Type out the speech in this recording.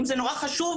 ואם זה נורא חשוב,